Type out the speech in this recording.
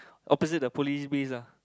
opposite the police base ah